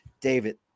David